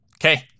Okay